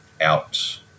out